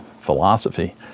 philosophy